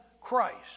Christ